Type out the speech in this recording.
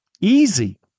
Easy